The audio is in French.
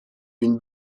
une